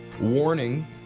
warning